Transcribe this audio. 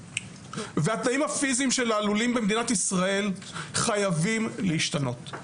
התנאים הפיזיים של הלולים במדינה חייבים להשתנות.